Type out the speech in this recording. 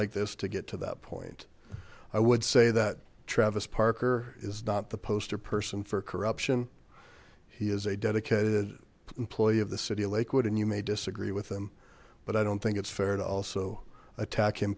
like this to get to that point i would say that travis parker is not the poster person for corruption he is a dedicated employee of the city in lakewood and you may disagree with them but i don't think it's fair to also attack him